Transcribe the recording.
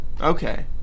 okay